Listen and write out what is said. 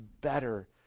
better